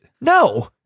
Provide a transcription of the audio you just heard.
No